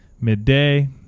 midday